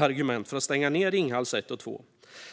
argument för att stänga Ringhals 1 och 2.